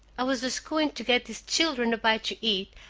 i was just going to get these children a bite to eat,